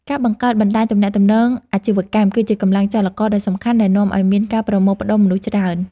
ការបង្កើតបណ្តាញទំនាក់ទំនងអាជីវកម្ម គឺជាកម្លាំងចលករដ៏សំខាន់ដែលនាំឱ្យមានការប្រមូលផ្ដុំមនុស្សច្រើន។